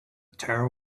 terror